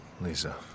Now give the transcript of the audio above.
Lisa